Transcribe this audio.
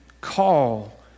call